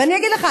ואני אגיד לך,